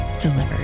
delivered